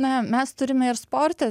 na mes turime ir sporte